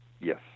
Yes